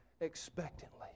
expectantly